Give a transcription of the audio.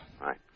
Right